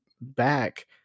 back